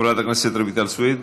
חברת הכנסת רויטל סויד,